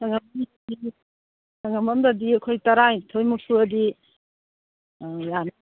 ꯁꯪꯉꯝ ꯑꯃꯗꯗꯤ ꯑꯩꯈꯣꯏ ꯇꯔꯥꯅꯤꯊꯣꯏꯃꯨꯛ ꯁꯨꯔꯗꯤ ꯌꯥꯝꯃꯦ